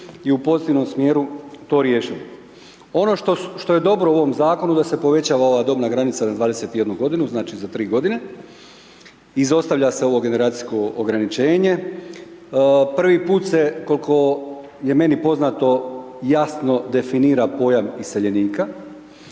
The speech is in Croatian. i u pozitivnom smjeru to riješili? Ono što je dobro u ovom zakonu da se povećala ova dobna granica na 21 godinu, znači za 3 godine, izostavlja se ovo generacijsko ograničenje. Prvi put se koliko je meni poznato jasno definira pojam iseljenika.